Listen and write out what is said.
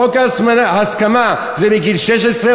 חוק ההסכמה מגיל 16,